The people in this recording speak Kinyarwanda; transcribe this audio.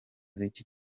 z’iki